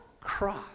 cross